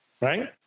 right